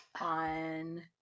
on